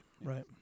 Right